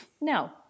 no